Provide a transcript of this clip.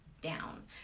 down